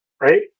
right